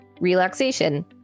Relaxation